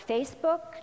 Facebook